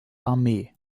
armee